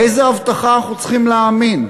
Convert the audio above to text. לאיזה הבטחה אנחנו צריכים להאמין?